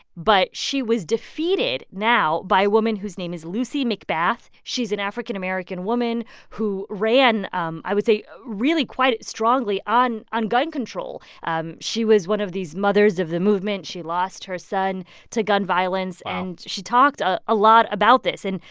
but she was defeated now by a woman whose name is lucy mcbath. she's an african-american woman who ran, um i would say, really quite strongly on on gun control. um she was one of these mothers of the movement. she lost her son to gun violence wow and she talked ah a lot about this. and,